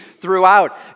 throughout